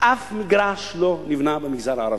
אף מגרש לא נבנה במגזר הערבי.